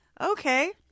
Okay